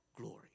glory